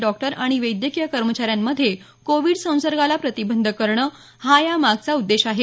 doctor आणि वैद्यकीय कर्मचाऱ्यांमध्ये कोविड संसर्गाला प्रतिबंध करणं हा या मागचा उद्देश आहे